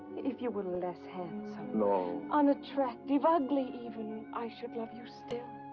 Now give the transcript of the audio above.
if you were less handsome no. unattractive, ugly even, i should love you still.